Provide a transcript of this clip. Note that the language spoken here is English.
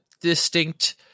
distinct